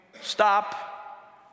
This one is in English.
stop